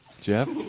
Jeff